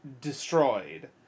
destroyed